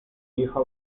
hijo